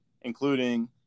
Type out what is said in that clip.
including